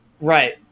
Right